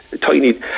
tiny